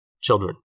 children